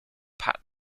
pat